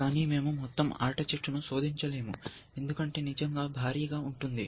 కానీ మేము మొత్తం ఆట చెట్టును శోధించలేము ఎందుకంటే నిజంగా భారీగా ఉంటుంది